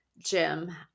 Jim